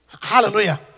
Hallelujah